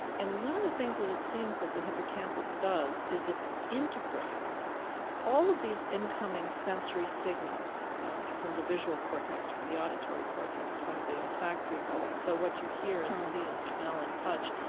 and one of the things that it seems that the hippocampus does is it integrates all of these incoming sensory signals from the visual cortex, from the auditory cortex, from the olfactory bulb. so what you hear and see and smell and touch.